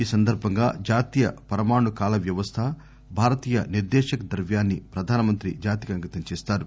ఈ సందర్బంగా జాతీయ పరమాణు కాల వ్యవస్థ భారతీయ నిర్దేశక్ ద్రవ్యాన్ని ప్రధానమంత్రి జాతికి అంకిత చేస్తారు